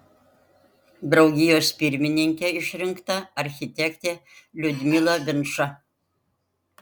draugijos pirmininke išrinkta architektė liudmila vinča